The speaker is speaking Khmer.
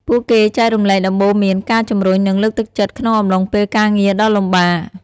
ពួកគេចែករំលែកដំបូន្មាន ការជម្រុញ និងលើកទឹកចិត្តក្នុងអំឡុងពេលការងារដ៏លំបាក។